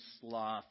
sloth